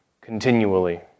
continually